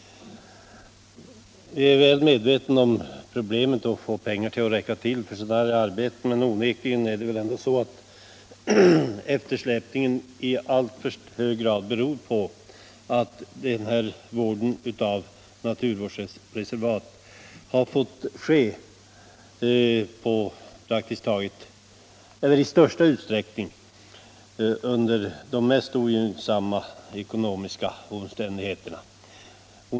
Jag är väl medveten om problemet att få pengar att räcka till för sådana här arbeten, men eftersläpningen beror onekligen i alltför hög grad på att vården av naturreservat i största utsträckning fått ske under mycket ogynnsamma ekonomiska omständigheter.